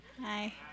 Hi